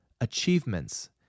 achievements